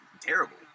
terrible